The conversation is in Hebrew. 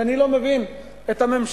אני לא מבין את הממשלה,